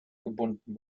gebunden